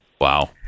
wow